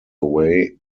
away